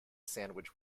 sandwich